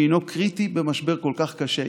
שהינו קריטי במשבר כל כך קשה.